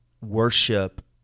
worship